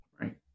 right